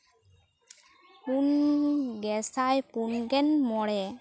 ᱯᱩᱱ ᱜᱮᱥᱟᱭ ᱯᱩᱱ ᱜᱮᱞ ᱢᱚᱬᱮ